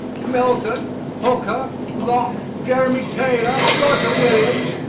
milton, hooker, locke, jeremy taylor, roger williams,